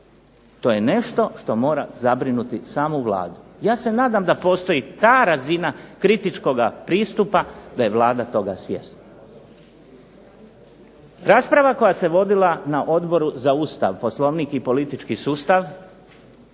to je nešto što mora zabrinuti samu Vladu. Ja se nadam da postoji ta razina kritičkoga pristupa, da je Vlada toga svjesna.